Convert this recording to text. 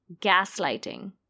gaslighting